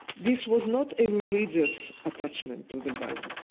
this was not a religious attachment to the bible.